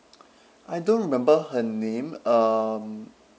I don't remember her name um